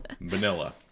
Vanilla